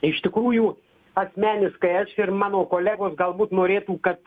iš tikrųjų asmeniškai aš ir mano kolegos galbūt norėtų kad